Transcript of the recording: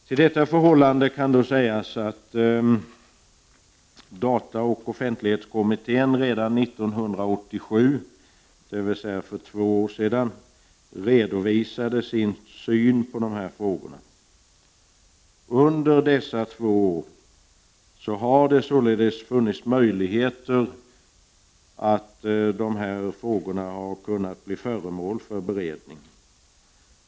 Till detta förhållande kan sägas att dataoch offentlighetskommittén redan 1987, dvs. för två år sedan, redovisade sin syn på de här frågorna. Under dessa två år har det således funnits möjligheter för de här frågorna att bli föremål för beredning.